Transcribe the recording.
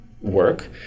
work